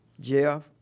Jeff